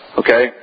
okay